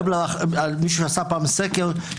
מישהו עשה פעם סקר,